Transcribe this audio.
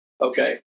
Okay